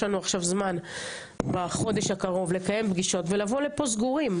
יש לנו עכשיו זמן בחודש הקרוב לקיים פגישות ולבוא לפה סגורים.